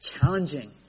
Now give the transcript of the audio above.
challenging